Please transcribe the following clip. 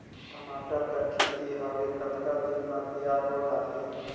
टमाटर कर खेती हवे कतका दिन म तियार हो जाथे?